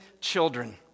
children